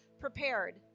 prepared